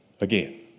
again